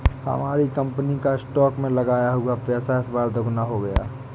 हमारी कंपनी का स्टॉक्स में लगाया हुआ पैसा इस बार दोगुना हो गया